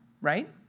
right